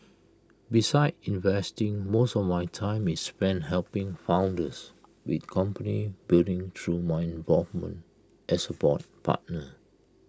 besides investing most of my time is spent helping founders with company building through my involvement as A board partner